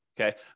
Okay